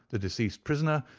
the deceased prisoner,